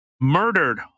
murdered